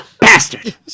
bastard